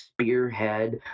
spearhead